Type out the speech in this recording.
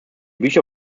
bücher